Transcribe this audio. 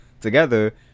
together